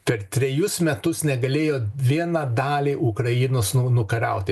per trejus metus negalėjo vieną dalį ukrainos nu nukariauti